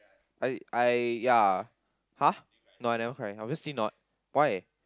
I I ya !huh! no I never cry obviously not why